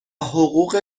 حقوق